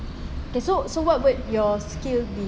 it's so so what would your skill be